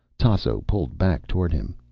tasso pulled back toward him.